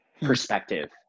perspective